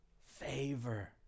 Favor